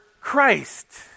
Christ